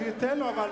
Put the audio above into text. אני אתן לו.